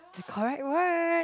the correct word